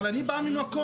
אבל אני בא ממקום,